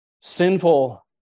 sinful